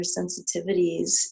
sensitivities